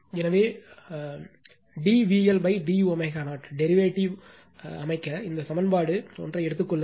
எனவே d VLd ω0 derivative அமைக்க இந்த சமன்பாடு 1 எடுத்துக் கொள்ளுங்கள்